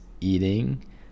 eating